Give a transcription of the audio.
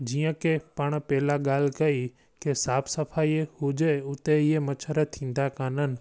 जीअं के पाणि पहिला ॻाल्हि कई के साफ़ु सफ़ाई हुजे उते इहा मछर थींदा कान्हनि